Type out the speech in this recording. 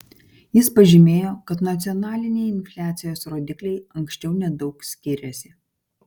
jis pažymėjo kad nacionaliniai infliacijos rodikliai anksčiau nedaug skyrėsi